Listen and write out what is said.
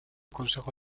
consejo